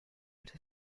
out